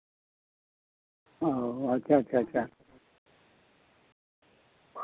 ᱚ ᱟᱪᱪᱷᱟ ᱟᱪᱪᱷᱟ